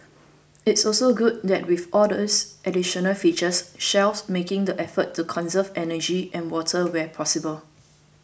it's also good that with all these additional features Shell's making the effort to conserve energy and water where possible